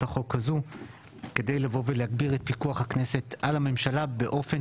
החוק הזו כדי להגביר את פיקוח הכנסת על הממשלה באופן